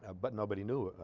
ah but nobody knew ah.